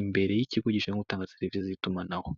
imbere y'ikigo gishinzwe gutanga serivise z'itumanaho.